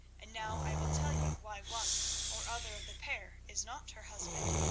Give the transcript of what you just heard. and now i will tell you why one or other of the pair is not her husband,